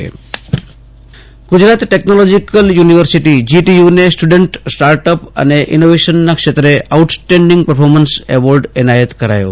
આસુતોષ અંતાણી રાજ્ય જીટીયુ ને એવો ગુજરાત ટેકનોલોજીકલ યુનિવર્સીટી જીટીયુને સ્ટુડન્ટ સ્ટાર્ટઅપ અને ઇનોવેશનના ક્ષેત્રે આઉટ સ્ટેન્ડિંગ પરફોર્મેન્સ એવોર્ડ એનાયત કરાયો